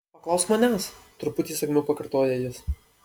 paklausk manęs truputį įsakmiau pakartoja jis